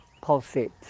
pulsate